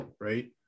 right